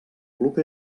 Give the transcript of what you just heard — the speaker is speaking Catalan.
club